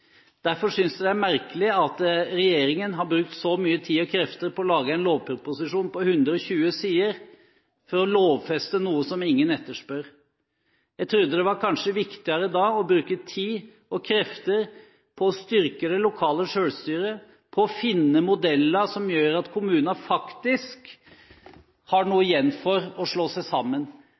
Derfor synes jeg det er merkelig at regjeringen har brukt så mye tid og krefter på å lage en lovproposisjon på 120 sider for å lovfeste noe som ingen etterspør. Jeg trodde kanskje det var viktigere å bruke tid og krefter på å styrke det lokale selvstyret og på å finne modeller som gjør at kommuner faktisk har noe igjen for å slå seg sammen.